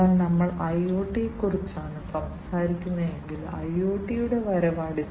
അതിനാൽ ഇത് അടിസ്ഥാനപരമായി ഡിജിറ്റൽ സിഗ്നൽ കണ്ടീഷനിംഗ് യൂണിറ്റിന്റെ പ്രവർത്തനമാണ്